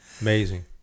Amazing